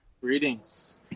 Greetings